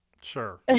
Sure